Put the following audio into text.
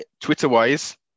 Twitter-wise